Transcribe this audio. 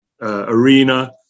arena